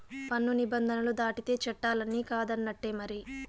పన్ను నిబంధనలు దాటితే చట్టాలన్ని కాదన్నట్టే మరి